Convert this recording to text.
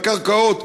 בקרקעות.